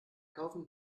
kaufen